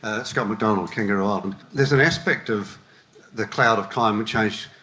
ah scott mcdonald, kangaroo island. there is an aspect of the cloud of climate change,